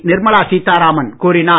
நிர்மலா சீத்தாராமன் கூறினார்